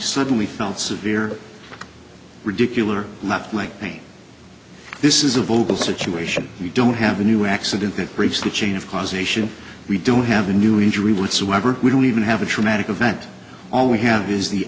suddenly felt severe ridiculous or not like pain this is a bogus situation you don't have a new accident that breaks the chain of causation we don't have a new injury whatsoever we don't even have a traumatic event all we had is the